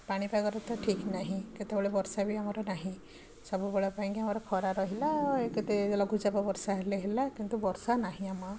ପାଣିପାଗର ତ ଠିକ ନାହିଁ କେତେବେଳେ ବର୍ଷା ବି ଆମର ନାହିଁ ସବୁବେଳ ପାଇଁକି ଆମର ଖରା ରହିଲା ଏଇ କେତେ ଲଘୁଚାପ ବର୍ଷା ହେଲେ ହେଲା କିନ୍ତୁ ବର୍ଷା ନାହିଁ ଆମ